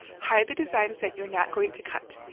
hide the designs that you're not going to cut.